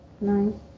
nine